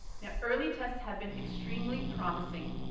now early tests have been extremely promising.